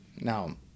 Now